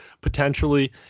potentially